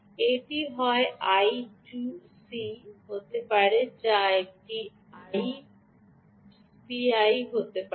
এটি হয় I 2 C হতে পারে বা এটি এসপিআই হতে পারে